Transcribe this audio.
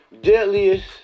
deadliest